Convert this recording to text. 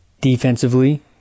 defensively